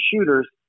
shooters